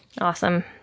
Awesome